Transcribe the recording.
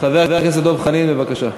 חבר הכנסת דב חנין, בבקשה.